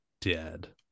dead